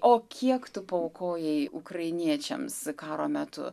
o kiek tu paaukojai ukrainiečiams karo metu